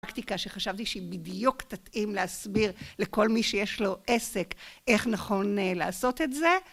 פרקטיקה שחשבתי שהיא בדיוק תתאים להסביר לכל מי שיש לו עסק איך נכון לעשות את זה.